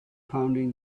pounding